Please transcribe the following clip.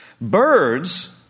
Birds